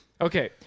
Okay